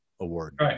award